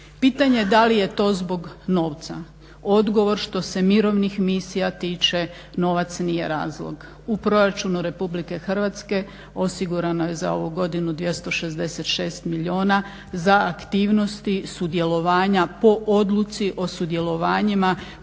Pitanje da li je to zbog novca, odgovor što se mirovnih misija tiče novac nije razlog. U proračunu RH osigurano je za ovu godinu 266 milijuna za aktivnosti sudjelovanja po odluci o sudjelovanjima